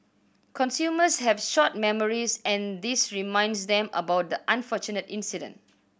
consumers have short memories and this reminds them about the unfortunate incident